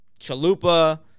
chalupa